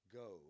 go